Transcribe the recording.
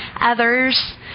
others